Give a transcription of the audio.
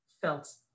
felt